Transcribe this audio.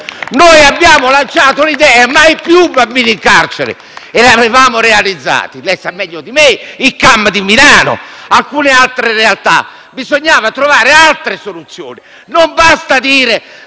Noi abbiamo lanciato un'idea: mai più bambini in carcere, e l'avevamo realizzata. Lei sa meglio di me che c'è l'ICAM di Milano e ci sono altre realtà. Bisognava trovare altre soluzioni. Non basta dire: